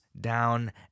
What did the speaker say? down